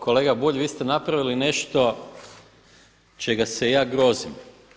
Kolega Bulj vi ste napravili nešto čega se ja grozim.